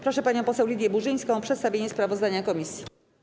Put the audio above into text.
Proszę panią poseł Lidię Burzyńską o przedstawienie sprawozdania komisji.